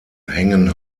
hängen